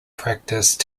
practised